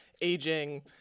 aging